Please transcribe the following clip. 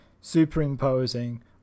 superimposing